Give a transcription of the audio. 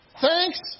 Thanks